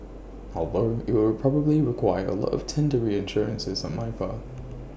although IT will probably require A lot of tender reassurances on my part